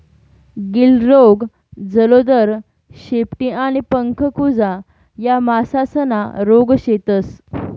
गिल्ड रोग, जलोदर, शेपटी आणि पंख कुजा या मासासना रोग शेतस